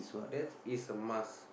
that is a must